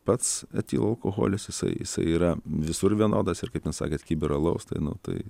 pats etilo alkoholis jisai jisai yra visur vienodas ir kaip ten sakėt kibirą alaus tai nu tai